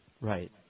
Right